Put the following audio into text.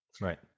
right